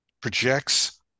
projects